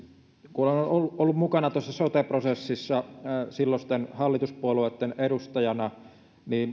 kun on ollut mukana tuossa sote prosessissa silloisten hallituspuolueitten edustajana